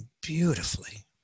beautifully